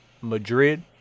Madrid